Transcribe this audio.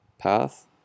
Path